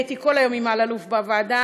הייתי כל היום עם אלאלוף בוועדה.